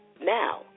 now